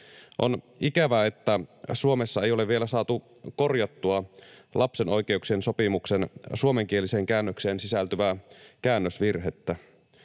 On ikävää, että Suomessa ei ole vielä saatu korjattua lapsen oikeuksien sopimuksen suomenkieliseen käännökseen sisältyvää käännösvirhettä.